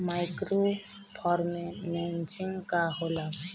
Micro financing का होला?